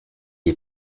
est